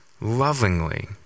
lovingly